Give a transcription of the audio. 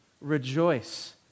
rejoice